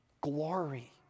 glory